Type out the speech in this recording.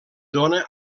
dóna